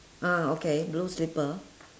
ah okay blue slipper